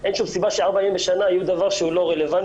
אין שום סיבה שארבעה ימים בשנה יהיו דבר שהוא לא רלוונטי.